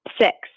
Six